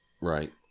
Right